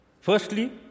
Firstly